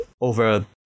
over